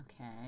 Okay